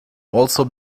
also